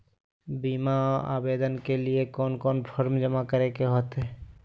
बीमा आवेदन के लिए कोन कोन फॉर्म जमा करें होते